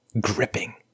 gripping